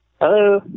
Hello